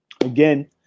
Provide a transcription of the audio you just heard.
Again